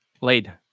laid